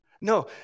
No